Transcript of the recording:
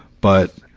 but.